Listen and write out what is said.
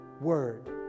word